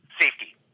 safety